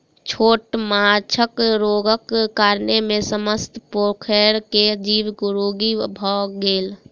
छोट माँछक रोगक कारणेँ समस्त पोखैर के जीव रोगी भअ गेल